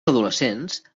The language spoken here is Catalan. adolescents